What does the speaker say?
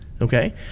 Okay